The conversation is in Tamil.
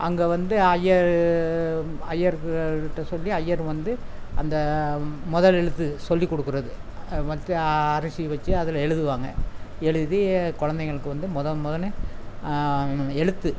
அங்கே வந்து அய்யர் அய்யர்கிட்ட சொல்லி அய்யர் வந்து அந்த முதல் எழுத்து சொல்லி கொடுக்குறது வந்து அரிசி வச்சி அதில் எழுதுவாங்க எழுதி குழந்தைங்களுக்கு வந்து முதல் முதல்ல எழுத்து